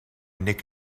nick